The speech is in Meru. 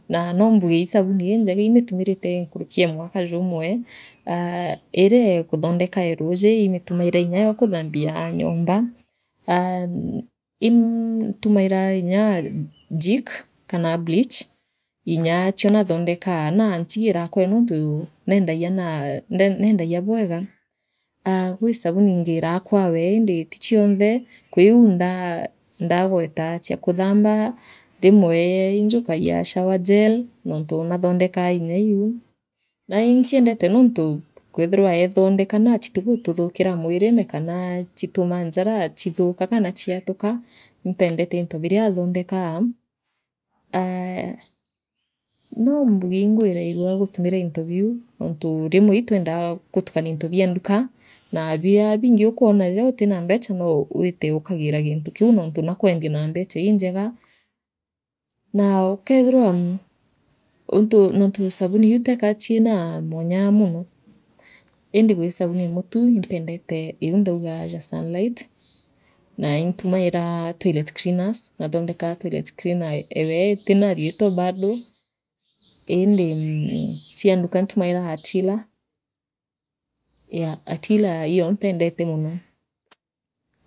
Naa noo mbuge ii chabuni injega imiitumirite nkuruki ee mwaka jumwe iria ee kuthondeka ee ruuji iimitumaira nyayo kuthambia nyomba aah nn intumaira inya jik kana bleach inyachio naathndekaa na achigiraa kwawe nontu naa neendagia bwega aa gwi sabuni ngiraa kwawe indi ti chionthe kwiu nda ndagweta chia kuthamba rimwe ii njikagia shower gel nontu naathndekaa nyaiiu naichiendete nontukwithirwa eethondeka na chitigututhukira mwirire kana chituma njara chithuuka kana chiatuka impendete into biria athondeka aah noombuge ingwirairua gutumira into biria anthondekaa aah noombuge ingwirairwa gutumire into biu nontu rimwe itwendaa gutukania into bia nduka naa bingi ukona riria utira mbecha nou nowite ukagira gintu kiu nontu nakwendia naa mbecha injega naa ujeethirwa untu nontu sabuniu teka chiira mwanya mono indi gwi sabuni ee mutu impendete iu ndauga ya sunlight naiitumairaa toilet cleaners naathondekaa toilet cleaner ewe itira riitwa bado iindi mmh chia nduka ntumairaa hatila yeah hatila iyo mpendete mono.